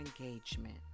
engagement